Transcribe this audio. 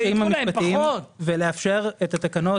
הקטעים המשפטיים ולאפשר את התקנות.